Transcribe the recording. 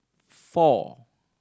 four